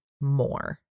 more